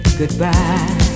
goodbye